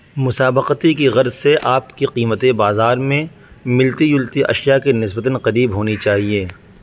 مسابقتی کی غرض سے آپ کی قیمتیں بازار میں ملتی جلتی اشیاء کے نسبتاً قریب ہونی چاہئیں